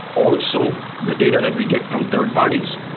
also the data that we get from third parties,